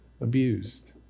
abused